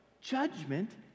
judgment